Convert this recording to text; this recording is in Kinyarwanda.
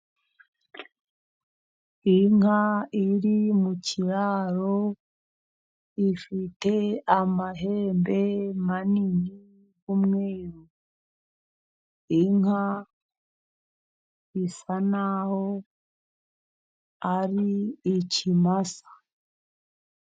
Inka iri mu kiraro ifite amahembe manini y'umweru. Inka isa n'aho ari ikimasa.